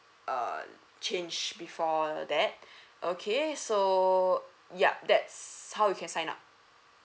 err change before that okay so yup that's how you can sign up